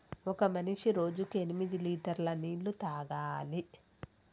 ఒక మనిషి రోజుకి ఎనిమిది లీటర్ల నీళ్లు తాగాలి